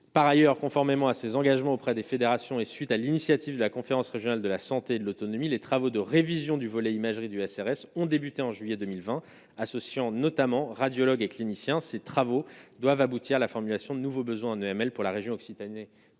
par ailleurs conformément à ses engagements auprès des fédérations et suite à l'initiative de la conférence régionale de la santé de l'autonomie, les travaux de révision du volet imagerie du SRS ont débuté en juillet 2020, associant notamment radiologues et cliniciens ces travaux doivent aboutir à la formulation de nouveaux besoins Duhamel pour la région Occitanie